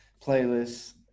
Playlists